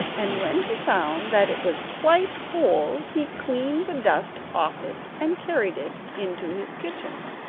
and when he found that it was quite whole he cleaned the dust off it and carried it into his kitchen.